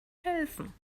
helfen